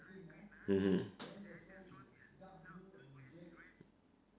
mmhmm